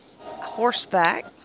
horseback